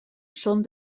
són